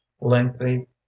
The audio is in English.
lengthy